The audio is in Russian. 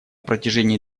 протяжении